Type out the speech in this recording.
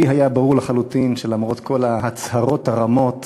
לי היה ברור לחלוטין שלמרות כל ההצהרות הרמות